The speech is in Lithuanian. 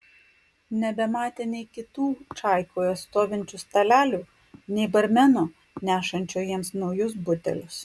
nebematė nei kitų čaikoje stovinčių stalelių nei barmeno nešančio jiems naujus butelius